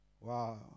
Wow